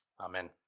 Amen